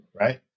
right